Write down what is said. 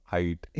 Height